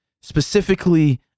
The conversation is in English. specifically